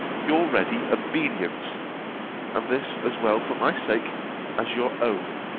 your ready obedience and this as well for my sake as your own